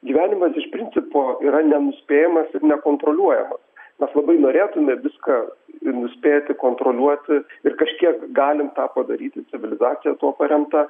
gyvenimas iš principo yra nenuspėjamas ir nekontroliuojamas nors labai norėtume viską ir nuspėti kontroliuoti ir kažkiek galim tą padaryti civilizacija tuo paremta